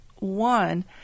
One